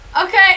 Okay